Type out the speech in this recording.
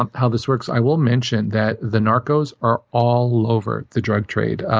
um how this works. i will mention that the narcos are all over the drug trade,